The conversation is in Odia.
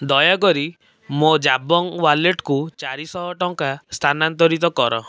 ଦୟାକରି ମୋ ଜାବଙ୍ଗ୍ ୱାଲେଟକୁ ଚାରିଶହ ଟଙ୍କା ସ୍ଥାନାନ୍ତରିତ କର